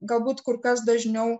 galbūt kur kas dažniau